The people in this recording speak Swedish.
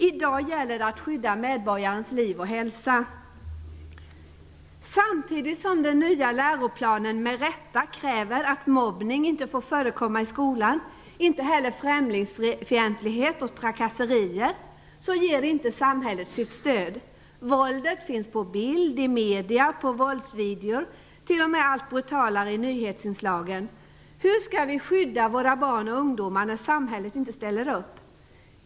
I dag gäller det att skydda medborgarens liv och hälsa. Samtidigt som det i den nya läroplanen med rätta krävs att mobbning inte får förekomma i skolan, inte heller främlingsfientlighet och trakasserier, ger inte samhället sitt stöd på den punkten. Våldet finns på bild, i media, på våldsvideor och t.o.m. allt brutalare i nyhetsinslagen. Hur skall vi skydda våra barn och ungdomar när samhället inte ställer upp?